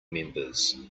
members